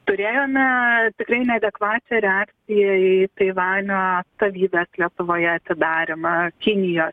turėjome tikrai neadekvačią reakciją į taivanio atstovybės lietuvoje atidarymą kinijo